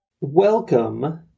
Welcome